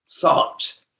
thoughts